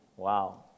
Wow